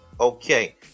okay